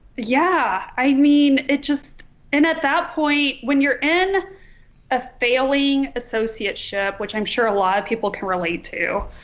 yeah i mean it just and at that point when you're in a failing associateship which i'm sure a lot of people can relate to.